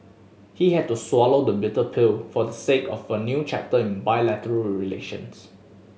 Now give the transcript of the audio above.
he had to swallow the bitter pill for the sake of a new chapter in bilateral relations